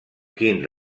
quin